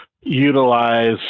utilize